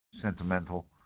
sentimental